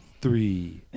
three